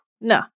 no